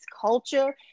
culture